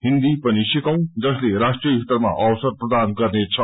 हिन्दी पनि सिकौं जसले राष्ट्रिय स्तरमा अवसर प्रदान गर्नेछ